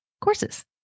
courses